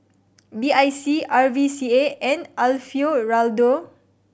B I C R V C A and Alfio Raldo